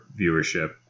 viewership